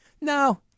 No